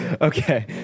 Okay